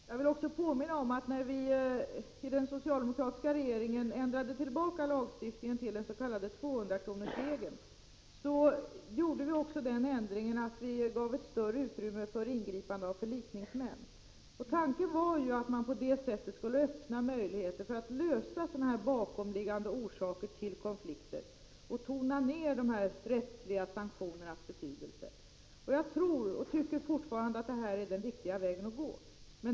Herr talman! Dessa frågor behandlades, som jag sade, så sent som i november i år. Jag vill också påminna om att när vi i den socialdemokratiska regeringen ändrade tillbaka lagstiftningen i fråga om den s.k. 200-kronorsregeln gjorde vi också den ändringen, att vi gav ett större utrymme för ingripande av förlikningsmän. Tanken var att man på det sättet skulle öppna möjligheter att lösa sådana här bakomliggande orsaker till konflikter och tona ned de rättsliga sanktionernas betydelse. Jag tror fortfarande att detta är den riktiga vägen att gå.